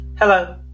Hello